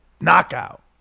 knockout